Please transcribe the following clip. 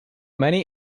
many